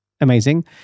amazing